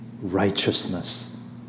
righteousness